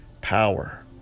power